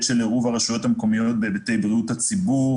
של עירוב הרשויות המקומיות בהיבטי בריאות הציבור,